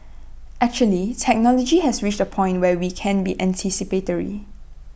actually technology has reached A point where we can be anticipatory